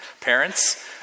Parents